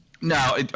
No